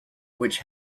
which